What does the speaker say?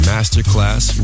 Masterclass